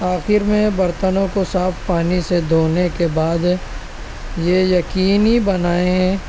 آخر میں برتنوں کو صاف پانی سے دھونے کے بعد یہ یقینی بنائیں